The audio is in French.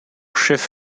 chef